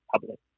public